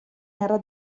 era